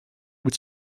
быть